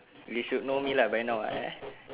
you should know me lah by now ah eh